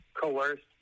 coerced